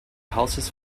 houses